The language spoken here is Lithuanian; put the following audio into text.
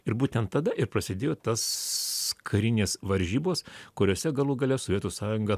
ir būtent tada ir prasidėjo tas karinės varžybos kuriose galų gale sovietų sąjunga